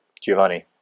Giovanni